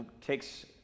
takes